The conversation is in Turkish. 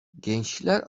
gençler